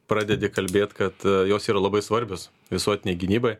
pradedi kalbėt kad jos yra labai svarbios visuotinei gynybai